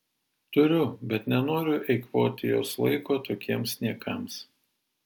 turiu bet nenoriu eikvoti jos laiko tokiems niekams